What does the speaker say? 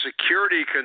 security